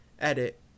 edit